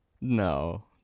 no